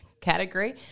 category